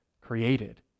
created